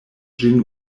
ĝin